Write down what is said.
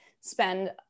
spend